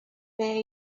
there